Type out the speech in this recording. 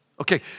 Okay